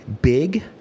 Big